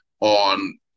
on